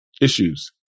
issues